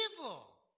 evil